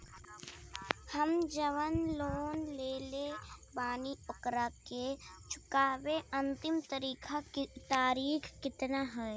हम जवन लोन लेले बानी ओकरा के चुकावे अंतिम तारीख कितना हैं?